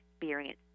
experience